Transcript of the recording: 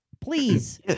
Please